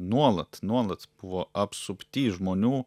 nuolat nuolat buvo apsupty žmonių